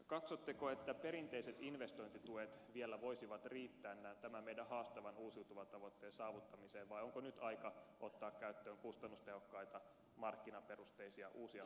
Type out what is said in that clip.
katsotteko että perinteiset investointituet vielä voisivat riittää tämän meidän haastavan uusiutuvan tavoitteen saavuttamiseen vai onko nyt aika ottaa käyttöön kustannustehokkaita markkinaperusteisia uusia ohjauskeinoja